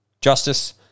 justice